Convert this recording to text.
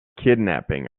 kidnapping